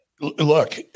Look